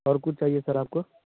और कुछ चाहिए सर आपको